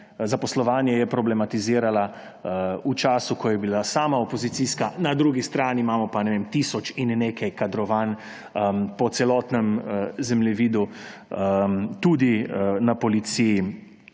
zaposlovanje je problematizirala v času, ko je bila sama opozicijska, na drugi strani imamo pa tisoč in nekaj kadrovanj po celotnem zemljevidu, tudi na policiji,